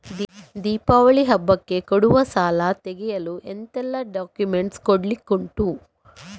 ದೀಪಾವಳಿ ಹಬ್ಬಕ್ಕೆ ಕೊಡುವ ಸಾಲ ತೆಗೆಯಲು ಎಂತೆಲ್ಲಾ ಡಾಕ್ಯುಮೆಂಟ್ಸ್ ಕೊಡ್ಲಿಕುಂಟು?